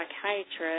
psychiatrist